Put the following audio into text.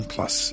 Plus